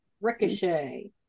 Ricochet